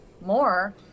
more